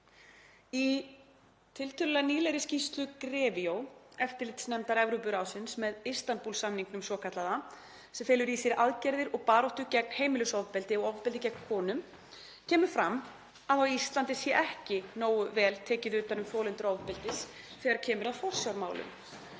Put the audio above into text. Í tiltölulega nýlegri skýrslu GREVIO, eftirlitsnefndar Evrópuráðsins með Istanbúl-samningnum svokallaða, sem felur í sér aðgerðir og baráttu gegn heimilisofbeldi og ofbeldi gegn konum, kemur fram að á Íslandi sé ekki nógu vel tekið utan um þolendur ofbeldis þegar kemur að forsjármálum,